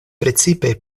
precipe